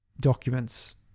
documents